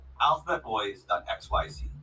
alphabetboys.xyz